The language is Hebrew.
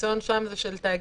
הניסיון שם זה של תאגידים.